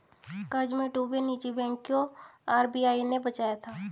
कर्ज में डूबे निजी बैंक को आर.बी.आई ने बचाया था